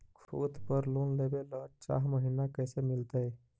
खूत पर लोन लेबे ल चाह महिना कैसे मिलतै?